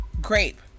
grape